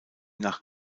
nach